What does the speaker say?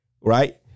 right